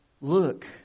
look